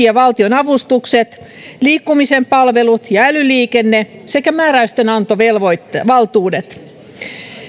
ja valtionavustukset liikkumisen palvelut ja älyliikenne sekä määräystenantovaltuudet